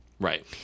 Right